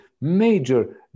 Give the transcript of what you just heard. major